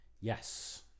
yes